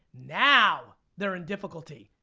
now, they're in difficulty.